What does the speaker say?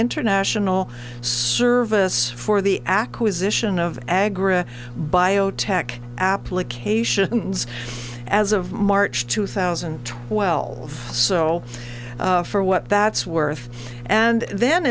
international service for the acquisition of agra biotech applications as of march two thousand and twelve so for what that's worth and then